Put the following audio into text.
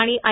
आणि आय